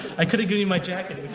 i couldn't give you my jacket